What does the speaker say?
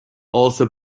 also